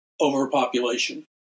overpopulation